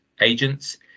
agents